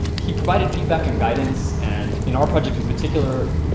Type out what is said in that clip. he provided feedback and guidance. and in our project, in particular,